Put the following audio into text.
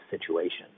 situation